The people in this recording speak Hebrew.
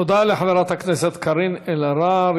תודה לחברת הכנסת קארין אלהרר.